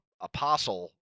Apostle